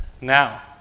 now